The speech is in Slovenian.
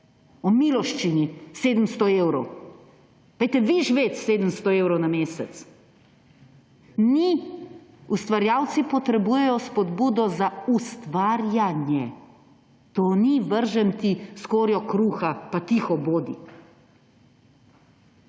o miloščini 700 evrov! Pojdite vi živet s 700 evri na mesec! Mi, ustvarjalci potrebujejo spodbudo za ustvar-ja-nje. To ni, vržem ti skorjo kruha pa tiho bodi.